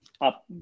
up